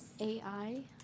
AI